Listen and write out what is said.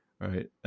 right